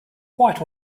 quite